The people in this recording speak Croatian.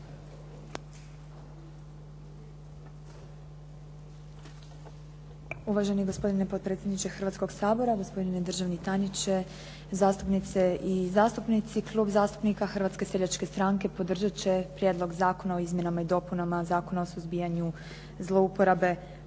Uvaženi gospodine potpredsjedniče Hrvatskog sabora, gospodine državni tajniče, zastupnice i zastupnici. Klub zastupnika Hrvatske seljačke stranke podržat će Prijedlog Zakona o izmjenama i dopunama Zakona o suzbijanju zlouporabe